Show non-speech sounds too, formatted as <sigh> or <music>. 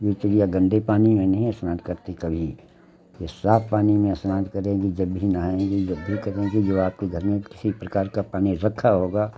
यह चिड़िया गन्दे पानी में नहीं स्नान करती कभी ये साफ़ पानी में स्नान करेंगी जब भी नहाएँगी <unintelligible> करेंगी जो आपके घर में किसी प्रकार का पानी रखा होगा